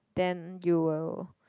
then you will